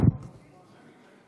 הצעות החוק סגן השרה יאיר גולן.